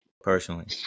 Personally